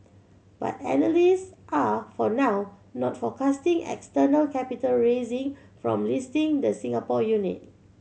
but analysts are for now not forecasting external capital raising from listing the Singapore unit